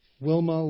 Wilma